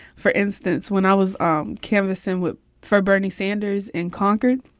for instance, when i was um canvassing with for bernie sanders in concord,